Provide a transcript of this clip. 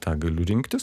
tą galiu rinktis